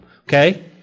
Okay